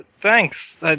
Thanks